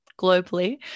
globally